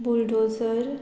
bulldozer